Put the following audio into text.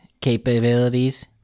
capabilities